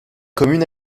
commune